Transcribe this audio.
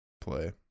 play